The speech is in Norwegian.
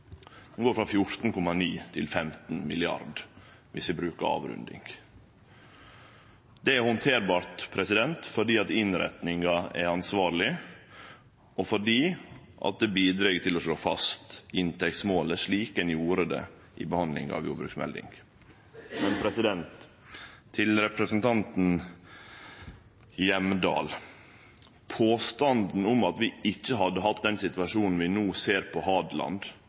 går frå 14,9 mill. kr til 15 mrd. kr, om vi brukar avrunding. Det er handterbart fordi innretninga er ansvarleg, og fordi det bidreg til å slå fast inntektsmålet, slik ein gjorde det i behandlinga av jordbruksmeldinga. Til representanten Hjemdal: Påstanden om at vi ikkje hadde hatt den situasjonen vi no ser på Hadeland,